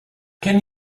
can